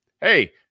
hey